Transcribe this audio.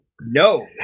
no